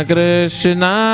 Krishna